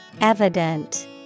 Evident